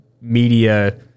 media